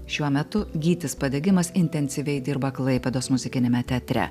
šiuo metu gytis padegimas intensyviai dirba klaipėdos muzikiniame teatre